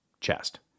chest